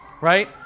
right